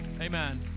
Amen